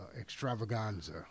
extravaganza